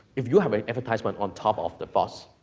if you have a advertisement on top of the box,